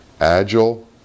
agile